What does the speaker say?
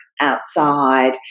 outside